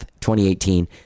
2018